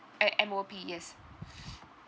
M M_O_P yes